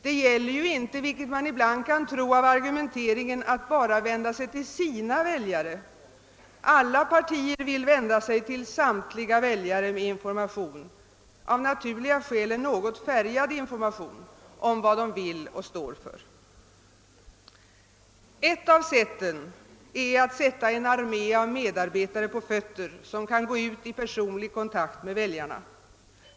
Det gäller inte, vilket man ibland kan tro av argumenteringen, att bara vända sig till sina väljare; alla partier vill vända sig till samtliga väljare med information, av naturliga skäl en något färgad information, om vad de vill och står för. Ett av sätten att arbeta är att ställa en armé av medarbetare på fötter för att gå ut i personlig kontakt med väljarna.